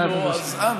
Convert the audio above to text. אם לא, אז אנא.